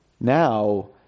Now